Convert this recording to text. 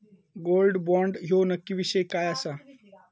Gold bond ह्यो नक्की विषय काय आसा?